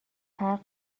فرق